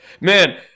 man